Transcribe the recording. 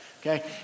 okay